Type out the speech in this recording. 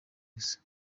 gusa